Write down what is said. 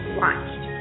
launched